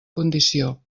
condició